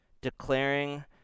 declaring